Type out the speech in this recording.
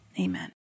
amen